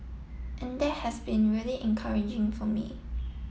and that has been really encouraging for me